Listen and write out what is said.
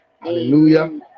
Hallelujah